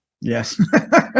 yes